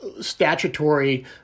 statutory